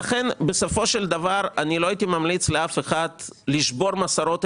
לכן בסופו של דבר לא הייתי ממליץ לאף אחד לשבור מסורות.